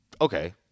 okay